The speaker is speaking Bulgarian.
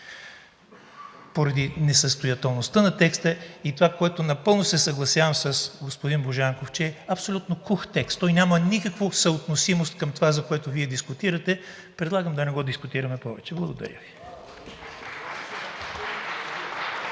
Поради несъстоятелността на текста напълно се съгласявам с господин Божанков, че е абсолютно кух текст. Той няма никаква съотносимост към това, което Вие дискутирате, и предлагам да не го дискутираме повече. (Ръкопляскания